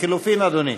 לחלופין, אדוני?